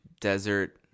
desert